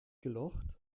gelocht